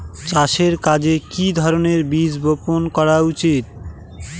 চাষের কাজে কি ধরনের বীজ বপন করা উচিৎ?